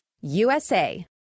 USA